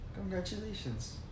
Congratulations